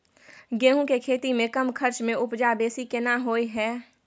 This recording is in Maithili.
गेहूं के खेती में कम खर्च में उपजा बेसी केना होय है?